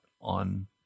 on